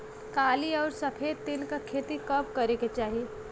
काली अउर सफेद तिल के खेती कब करे के चाही?